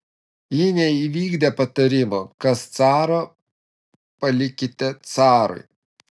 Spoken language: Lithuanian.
ji neįvykdė patarimo kas caro palikite carui